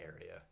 area